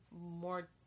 more